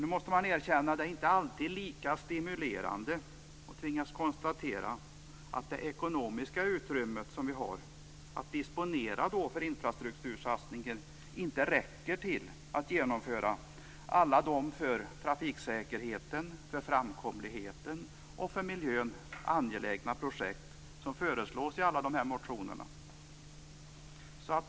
Man måste erkänna att det inte alltid är lika stimulerande att tvingas konstatera att det ekonomiska utrymme som vi har att disponera för infrastruktursatsningen inte räcker till för att genomföra alla de för trafiksäkerheten, framkomligheten och miljön angelägna projekt som föreslås i motionerna.